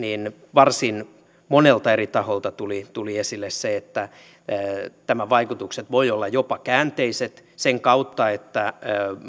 varsin monelta eri taholta tuli tuli esille se että tämän vaikutukset voivat olla jopa käänteiset sen kautta että